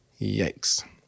Yikes